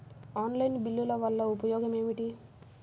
Online బిల్లుల వల్ల ఉపయోగమేమిటీ?